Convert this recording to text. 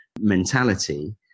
mentality